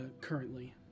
currently